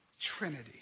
trinity